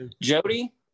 Jody